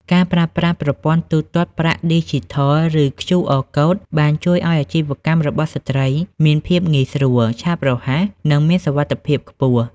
ការប្រើប្រាស់ប្រព័ន្ធទូទាត់ប្រាក់ឌីជីថល ឬ QR Code បានជួយឱ្យអាជីវកម្មរបស់ស្ត្រីមានភាពងាយស្រួល ឆាប់រហ័ស និងមានសុវត្ថិភាពខ្ពស់។